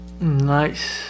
nice